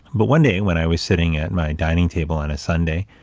but one day when i was sitting at my dining table on a sunday,